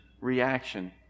reaction